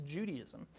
Judaism